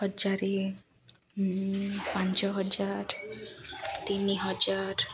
ହଜାରେ ପାଞ୍ଚ ହଜାର ତିନି ହଜାର